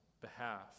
behalf